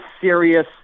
serious